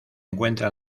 encuentra